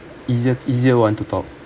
easier easier [one] to talk